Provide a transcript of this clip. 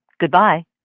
Goodbye